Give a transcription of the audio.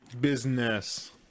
business